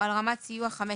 או על רמת סיוע 5,